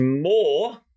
more